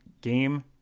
game